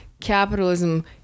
capitalism